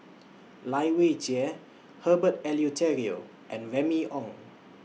Lai Weijie Herbert Eleuterio and Remy Ong